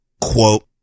Quote